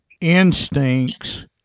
instincts